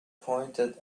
pointed